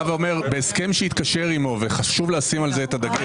אומר שבהסכם שיתקשר עימו וחשוב לשים על זה את הדגש.